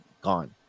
gone